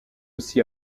aussi